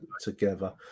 together